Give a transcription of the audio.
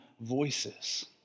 voices